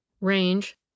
Range